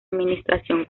administración